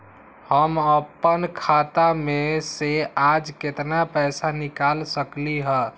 हम अपन खाता में से आज केतना पैसा निकाल सकलि ह?